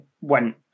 went